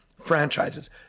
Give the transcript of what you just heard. franchises